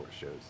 shows